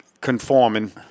conforming